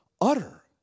utter